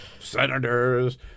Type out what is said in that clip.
Senators